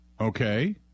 Okay